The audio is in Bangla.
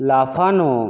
লাফানো